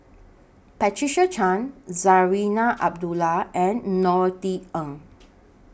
Patricia Chan Zarinah Abdullah and Norothy Ng